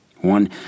One